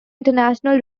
international